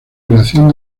creación